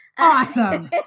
Awesome